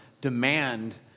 demand